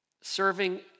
serving